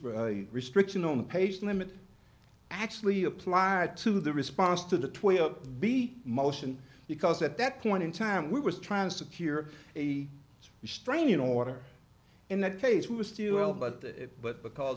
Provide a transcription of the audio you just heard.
restriction on page limit actually applied to the response to the twenty upbeat motion because at that point in time we were trying to secure a restraining order in that case we were still about that but because